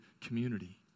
community